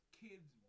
kids